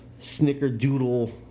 snickerdoodle